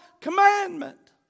commandment